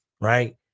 right